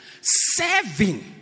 serving